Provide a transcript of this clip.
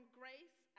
grace